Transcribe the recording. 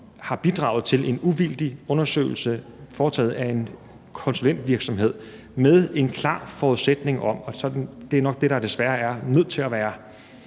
har bidraget til en uvildig undersøgelse foretaget af en konsulentvirksomhed med en klar forudsætning om – og det er nok det, der er det svære